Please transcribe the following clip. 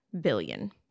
billion